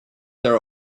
their